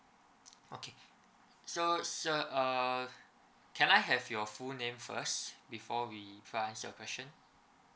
okay so sir uh can I have your full name first before we answer your question